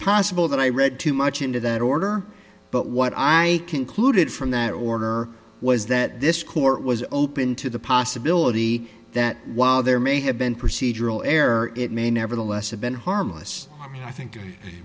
possible that i read too much into that order but what i concluded from that order was that this court was open to the possibility that while there may have been procedural error it may nevertheless have been harmless i think